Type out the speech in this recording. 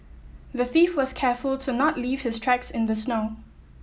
the thief was careful to not leave his tracks in the snow